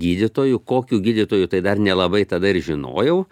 gydytoju kokių gydytoju tai dar nelabai tada ir žinojau